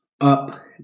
Up